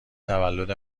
تولد